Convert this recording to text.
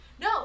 No